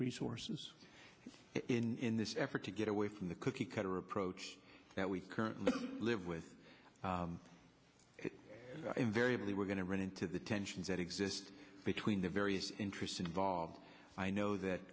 resources in this effort to get away from the cookie cutter approach that we currently live with invariably we're going to run into the tensions that exist between the various interests involved i know that